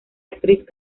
actriz